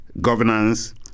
governance